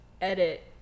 edit